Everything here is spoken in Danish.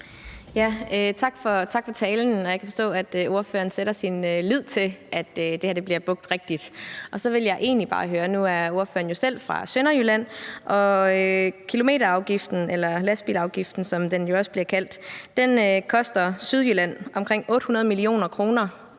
Tak for talen. Jeg kan forstå, ordføreren sætter sin lid til, at det her bliver brugt rigtigt. Nu er ordføreren jo selv fra Sønderjylland, og kilometerafgiften, eller lastbilafgiften, som den også bliver kaldt, koster Sydjylland omkring 800 mio. kr.